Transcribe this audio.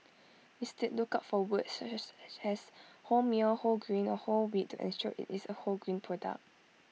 instead look out for words such as wholemeal whole grain or whole wheat to ensure IT is A wholegrain product